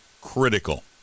critical